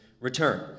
return